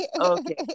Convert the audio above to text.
Okay